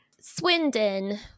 Swindon